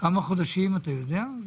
כמה חודשים אתה יודע?